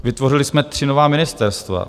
Vytvořili jsme tři nová ministerstva.